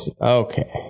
Okay